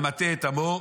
"המטעה את עמו".